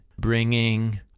bringing